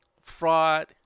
fraud